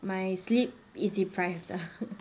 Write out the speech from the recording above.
my sleep is deprived